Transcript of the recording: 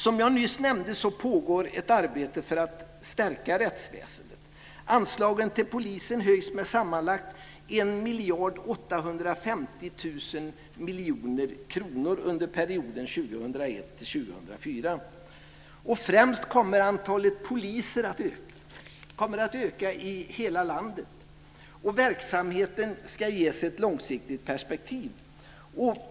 Som jag nyss nämnde pågår ett arbete för att stärka rättsväsendet. Anslagen till polisen höjs med sammanlagt 1 850 000 000 under perioden Främst kommer antalet poliser i hela landet att öka. Och verksamheten ska ges ett långsiktigt perspektiv.